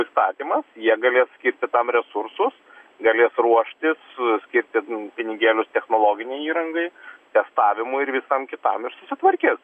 įstatymas jie galės skirti tam resursus galės ruoštis skirti pinigėlius technologinei įrangai testavimui ir visam kitam ir susitvarkys